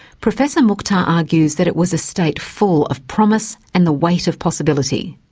professor mukhtar argues that it was a state full of promise and the weight of possibility.